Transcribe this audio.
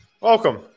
Welcome